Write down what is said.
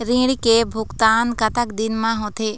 ऋण के भुगतान कतक दिन म होथे?